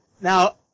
now